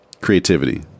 creativity